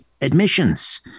admissions